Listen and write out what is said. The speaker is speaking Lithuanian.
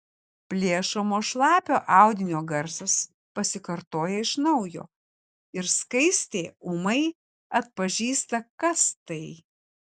plėšomo šlapio audinio garsas pasikartoja iš naujo ir skaistė ūmai atpažįsta kas tai